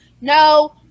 No